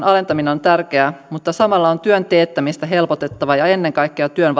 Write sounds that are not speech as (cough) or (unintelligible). (unintelligible) alentaminen on tärkeää mutta samalla on työn teettämistä helpotettava ja ennen kaikkea työn (unintelligible)